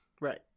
Right